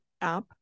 app